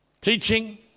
teaching